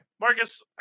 Marcus